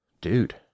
dude